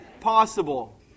Possible